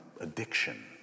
addiction